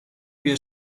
wir